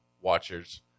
watchers